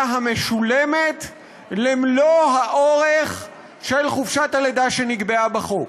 המשולמת למלוא האורך של חופשת הלידה שנקבעה בחוק.